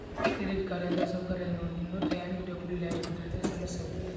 credit card ఎంత సౌకర్యంగా ఉంటుందో టైయ్యానికి డబ్బుల్లేకపోతే అంతే సమస్యవుతుంది